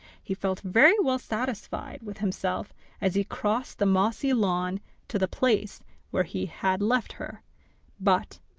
he felt very well satisfied with himself as he crossed the mossy lawn to the place where he had left her but,